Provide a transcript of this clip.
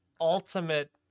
ultimate